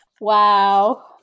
Wow